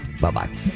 Bye-bye